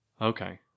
okay